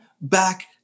back